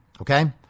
Okay